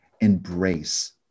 embrace